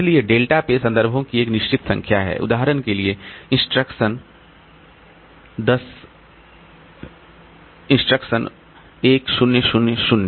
इसलिए delta page संदर्भों की एक निश्चित संख्या है उदाहरण के लिए इंस्ट्रक्शन 10 000